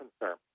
concern